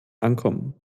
ankommen